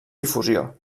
difusió